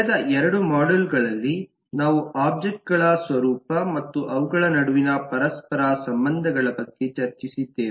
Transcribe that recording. ಕಳೆದ ಎರಡು ಮಾಡ್ಯೂಲ್ ಗಳಲ್ಲಿ ನಾವು ಒಬ್ಜೆಕ್ಟ್ ಗಳ ಸ್ವರೂಪ ಮತ್ತು ಅವುಗಳ ನಡುವಿನ ಪರಸ್ಪರ ಸಂಬಂಧಗಳ ಬಗ್ಗೆ ಚರ್ಚಿಸಿದ್ದೇವೆ